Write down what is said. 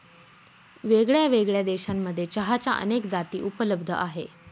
वेगळ्यावेगळ्या देशांमध्ये चहाच्या अनेक जाती उपलब्ध आहे